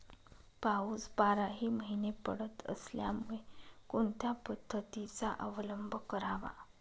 पाऊस बाराही महिने पडत असल्यामुळे कोणत्या पद्धतीचा अवलंब करावा?